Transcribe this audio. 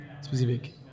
specific